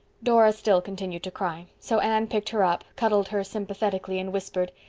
dora still continued to cry, so anne picked her up, cuddled her sympathetically, and whispered,